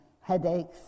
headaches